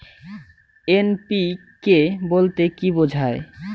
NPK বলতে কী বোঝায়?